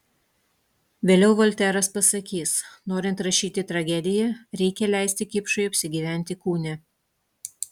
vėliau volteras pasakys norint rašyti tragediją reikia leisti kipšui apsigyventi kūne